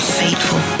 faithful